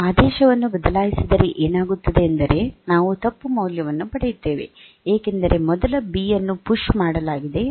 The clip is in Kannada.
ನೀವು ಆದೇಶವನ್ನು ಬದಲಾಯಿಸಿದರೆ ಏನಾಗುತ್ತದೆ ಎಂದರೆ ನಾವು ತಪ್ಪು ಮೌಲ್ಯವನ್ನು ಪಡೆಯುತ್ತೇವೆ ಏಕೆಂದರೆ ಮೊದಲ ಬಿ ಅನ್ನು ಪುಶ್ ಮಾಡಲಾಗಿದೆ